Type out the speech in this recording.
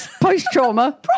post-trauma